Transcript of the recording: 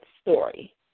story